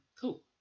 Cool